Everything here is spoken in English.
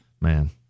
man